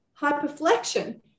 hyperflexion